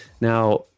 Now